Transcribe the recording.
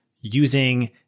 using